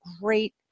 great